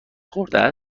خورده